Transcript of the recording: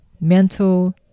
mental